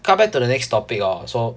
come back to the next topic orh so